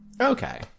Okay